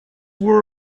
were